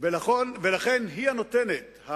לכן, היא הנותנת.